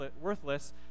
worthless